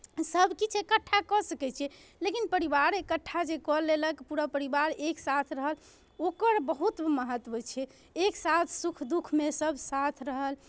सभकिछु एकठ्ठा कऽ सकै छियै लेकिन परिवार एकट्ठा जे कऽ लेलक पूरा परिवार एक साथ रहल ओकर बहुत महत्व छै एक साथ सुख दुःखमे सभ साथ रहल